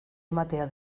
ematea